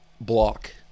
block